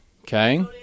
Okay